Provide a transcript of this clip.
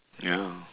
ya